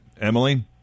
Emily